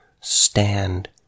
stand